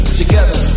together